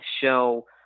show